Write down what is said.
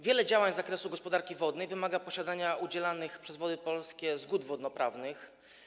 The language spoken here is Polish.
Wiele działań z zakresu gospodarki wodnej wymaga posiadania udzielanych przez Wody Polskie zgód wodnoprawnych.